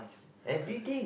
correct